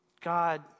God